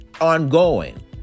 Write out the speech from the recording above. ongoing